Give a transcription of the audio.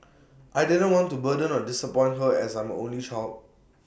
I didn't want to burden or disappoint her as I'm her only child